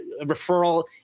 referral